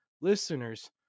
Listeners